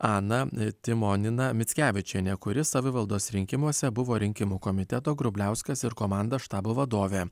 ana timonina mickevičienė kuri savivaldos rinkimuose buvo rinkimų komiteto grubliauskas ir komanda štabo vadovė